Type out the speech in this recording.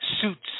suits